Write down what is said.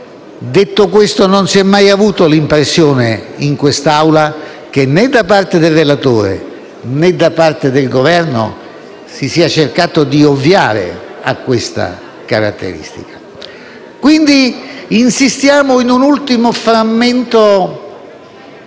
Detto questo, non si è mai avuta l'impressione, in quest'Aula, che né da parte del relatore, né da parte del Governo si sia cercato di ovviare a questa caratteristica. Assistiamo quindi, in un ultimo frammento